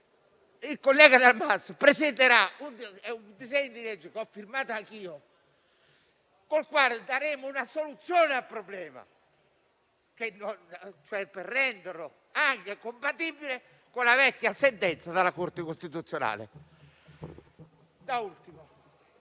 Il collega Dal Mas presenterà un disegno di legge, che ho sottoscritto anch'io, con il quale offriremo una soluzione al problema, al fine di renderlo compatibile con la vecchia sentenza della Corte costituzionale.